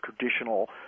traditional